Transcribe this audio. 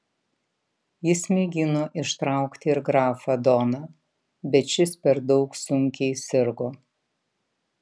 jis mėgino ištraukti ir grafą doną bet šis per daug sunkiai sirgo